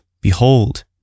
Behold